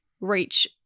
reach